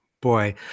boy